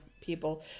people